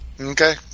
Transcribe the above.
Okay